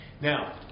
Now